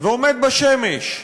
ועומד בשמש,